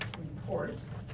reports